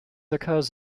occurs